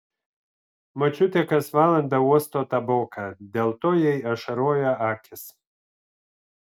močiutė kas valandą uosto taboką dėl to jai ašaroja akys